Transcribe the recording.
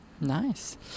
nice